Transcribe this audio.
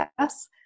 yes